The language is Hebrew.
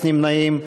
אין נמנעים.